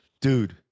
Dude